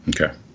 Okay